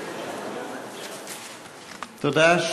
תודה.